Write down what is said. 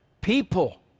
people